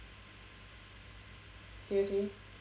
seriously